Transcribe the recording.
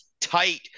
tight